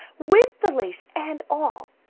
with the lace and all.